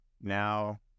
now